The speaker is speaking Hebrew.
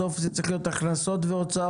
בסוף זה צריך להיות הכנסות והוצאות.